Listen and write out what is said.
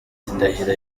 indahiro